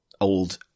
old